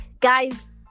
Guys